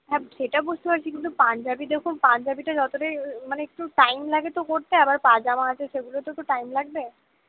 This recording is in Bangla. হ্যাঁ সেটা বুঝতে পারছি কিন্তু পাঞ্জাবি দেখুন পাঞ্জাবিটা যতোটা মানে একটু টাইম লাগে তো করতে আবার পাজামা আছে সেগুলো তো একটু টাইম লাগবে